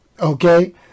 okay